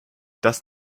das